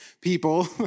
people